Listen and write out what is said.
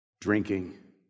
drinking